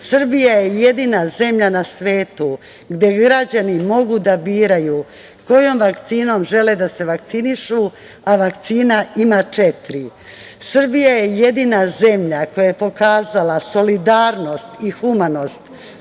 Srbija je jedina zemlja na svetu gde građani mogu da biraju kojom vakcinom žele da se vakcinišu, a vakcinu ima četiri. Srbija je jedina zemlja koja je pokazala solidarnost i humanost